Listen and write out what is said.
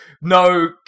no